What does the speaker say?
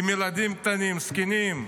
עם ילדים קטנים, זקנים.